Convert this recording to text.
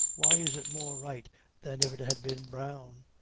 why is it more right than if it had been brown?